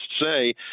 say